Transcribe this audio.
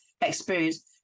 experience